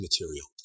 material